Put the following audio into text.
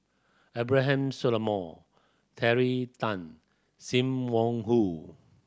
Abraham Solomon Terry Tan Sim Wong Hoo